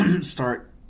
start